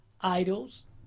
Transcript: idols